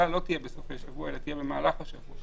לא תהיה בסופי שבוע אלא תהיה במהלך השבוע.